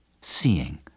seeing